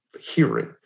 hearing